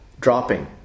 dropping